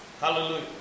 Hallelujah